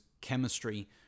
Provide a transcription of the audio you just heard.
chemistry